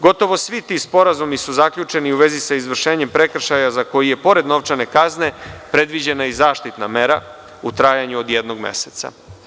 Gotovo svi ti sporazumi su zaključeni u vezi sa izvršenjem prekršaja za koji je pored novčane kazne predviđena i zaštitna mera u trajanju od jednog meseca.